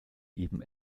eben